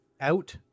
out